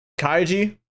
Kaiji